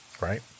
right